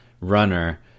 runner